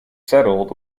settled